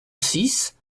six